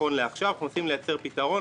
נכון לעכשיו אנחנו מנסים למצוא פתרון,